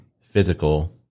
physical